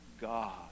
God